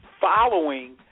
following